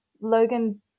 Logan